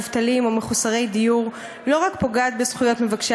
מובטלים או מחוסרי דיור לא רק פוגעת בזכויות מבקשי